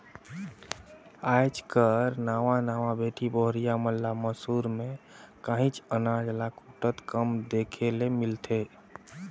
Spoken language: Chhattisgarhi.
आएज कर नावा नावा बेटी बहुरिया मन ल मूसर में काहींच अनाज ल कूटत कम देखे ले मिलथे